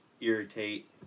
irritate